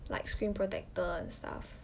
like screen protector and stuff